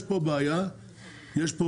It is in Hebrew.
יש פה בעיה רוחבית,